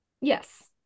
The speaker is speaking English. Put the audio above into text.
Yes